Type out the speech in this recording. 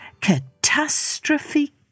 Catastrophe